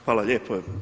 Hvala lijepo.